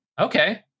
Okay